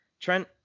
Trent